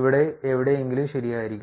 ഇവിടെ എവിടെയെങ്കിലും ശരിയായിരിക്കണം